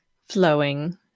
flowing